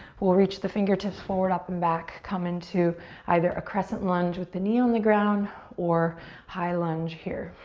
we'll reach the fingertips forward, up and back. come into either a crescent lunge with the knee on the ground or high lunge here.